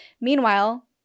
Meanwhile